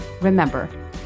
remember